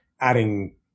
adding